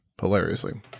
hilariously